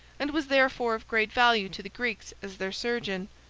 and was therefore of great value to the greeks as their surgeon,